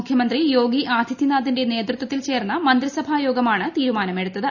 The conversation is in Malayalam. മുഖ്യമന്ത്രി യോഗി അദിത്യനാഥിന്റെ നേതൃത്വത്തിൽ ചേർന്ന മന്ത്രിസഭായോഗമാണ് തീരുമാനമെടുത്തത്